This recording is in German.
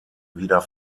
wieder